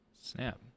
Snap